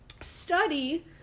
study